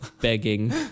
begging